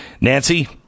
Nancy